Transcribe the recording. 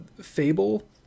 Fable